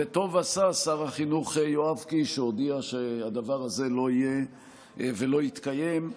וטוב עשה שר החינוך יואב קיש שהודיע שהדבר הזה לא יהיה ולא יתקיים.